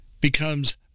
becomes